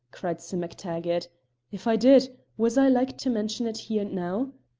cried sim mactaggart if i did, was i like to mention it here and now?